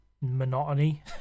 monotony